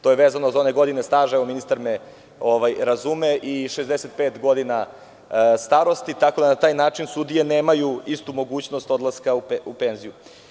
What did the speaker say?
To je vezano za one godine staža, ministar me razume, i 65 godina starosti, tako da na taj način sudije nemaju istu mogućnost odlaska u penziju.